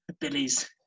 Billy's